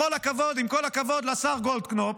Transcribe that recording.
עם כל הכבוד לשר גולדקנופ,